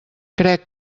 crec